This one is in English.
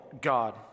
God